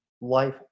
life